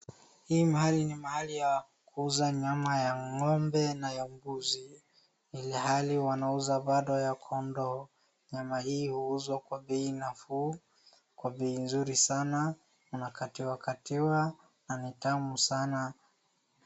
Hii mahali ni mahalì ya kuuza nyama ya ngombe na ya mbuzi ilhali wanauza bado ya kondoo, nyama hii huuzwa kwa bei nafuu kwa bei nzuri sana, unakatiwa katiwa na ni tamu sana.